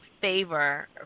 Favor